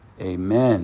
amen